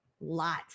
lot